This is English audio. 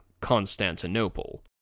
Constantinople